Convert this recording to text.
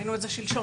ראינו את זה שלשום.